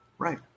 Right